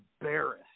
embarrassed